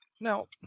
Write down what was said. Now